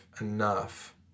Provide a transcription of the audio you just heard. enough